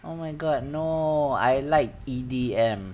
oh my god no I like E_D_M